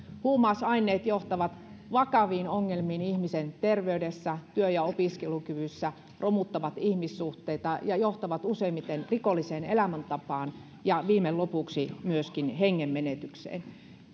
huumausaineet johtavat vakaviin ongelmiin ihmisen terveydessä työ ja opiskelukyvyssä romuttavat ihmissuhteita ja johtavat useimmiten rikolliseen elämäntapaan ja viimein lopuksi myöskin hengen menetykseen